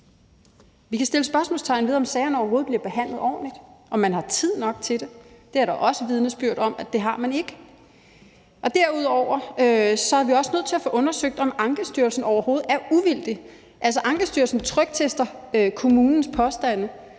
Vi kan sætte spørgsmålstegn ved, om sagerne overhovedet bliver behandlet ordentligt, om man har tid nok til det. Det er der også vidnesbyrd om at man ikke har. Derudover er vi også nødt til at få undersøgt, om Ankestyrelsen overhovedet er uvildig. Ankestyrelsen tryktester kommunens påstande,